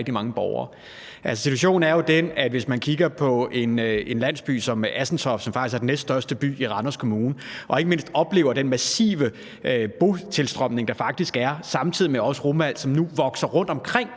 rigtig mange borgere. Altså, situationen er jo den, at hvis man kigger på en landsby som Assentoft, som faktisk er den næststørste by i Randers Kommune, og ikke mindst oplever den massive beboertilstrømning, der faktisk er, samtidig med at der nu også vokser rugmalt rundt omkring